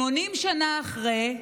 80 שנה אחרי,